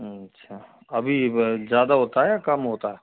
अच्छा अभी ज़्यादा होता है या कम होता है